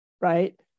Right